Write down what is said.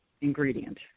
ingredient